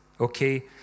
Okay